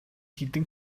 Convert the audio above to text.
хэдэн